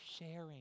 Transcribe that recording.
sharing